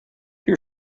your